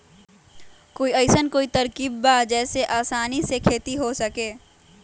कोई अइसन कोई तरकीब बा जेसे आसानी से खेती हो सके?